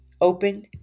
Open